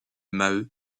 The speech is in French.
maheu